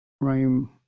Rhyme